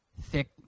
thick